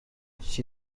she